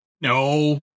No